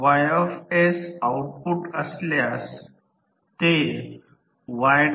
आता जेव्हा rated voltage 200 volt ला प्राथमिकवर लागू केला जातो तेव्हा दुय्यम वाइंडिंग चालू असलेल्या 10 अँपिअर 0